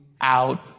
out